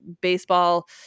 baseball